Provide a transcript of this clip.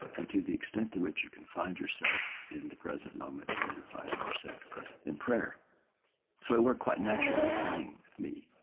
and to the extent to which you can find yourself in the present moment, then you're finding yourself in prayer so it worked quite naturally with running, with me,